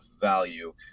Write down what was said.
value